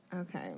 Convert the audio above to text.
Okay